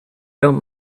don’t